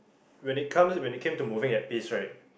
when it comes when it came to moving that piece right